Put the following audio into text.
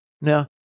Now